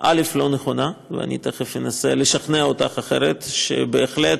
לא נכונה, ואני תכף אנסה לשכנע אותך אחרת, שבהחלט,